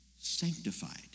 sanctified